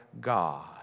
God